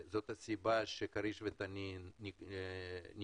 זו הסיבה שכריש ותנין נמכרו.